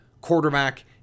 quarterback